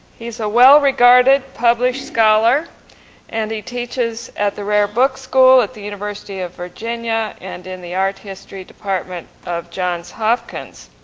he's a well regarded published scholar and he teaches at the rare books school at the university of virginia and in the art history department of johns hopkins.